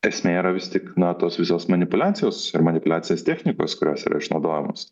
esmė yra vis tik na tos visos manipuliacijos ir manipuliacijos technikos kurios yra išnaudojamos